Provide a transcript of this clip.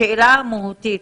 השאלה המהותית: